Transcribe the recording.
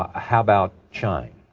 how about shine?